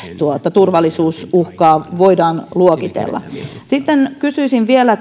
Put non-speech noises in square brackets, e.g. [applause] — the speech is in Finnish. turvallisuusuhkaa voidaan luokitella sitten kysyisin vielä [unintelligible]